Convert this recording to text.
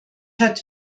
hat